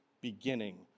beginning